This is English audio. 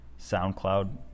soundcloud